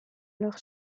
leurs